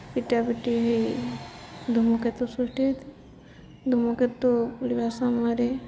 ପିଟାପିଟି ହୋଇ ଧୂମକେତୁ ସୃଷ୍ଟି ହୋଇଥାଏ ଧୂମକେତୁ ଉଡ଼ିବା ସମୟରେ